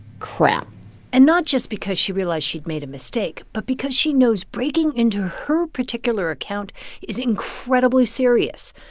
crap and not just because she realized she'd made a mistake, but because she knows breaking into her particular account is incredibly serious.